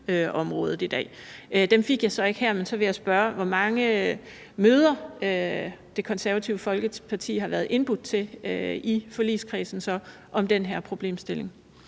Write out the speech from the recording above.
miljøområdet i dag. Dem fik jeg så ikke her, men så vil jeg spørge, hvor mange møder Det Konservative Folkeparti har været indbudt til i forligskredsen om den her problemstilling.